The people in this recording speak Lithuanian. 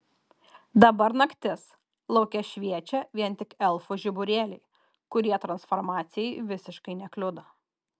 dabar naktis lauke šviečia vien tik elfų žiburėliai kurie transformacijai visiškai nekliudo